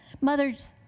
Mother's